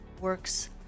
works